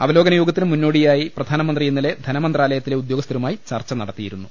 അവലോകന യോഗത്തിന് മുന്നോടിയായി പ്രധാനമന്ത്രി ഇന്നലെ ധനമന്ത്രാലയത്തിലെ ഉദ്യോഗസ്ഥരുമായി ചർച്ചനടത്തി യിരുന്നു